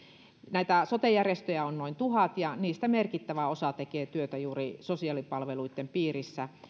näitä sote järjestöjä on noin tuhat ja niistä merkittävä osa tekee työtä juuri sosiaalipalveluitten piirissä